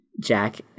Jack